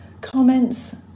comments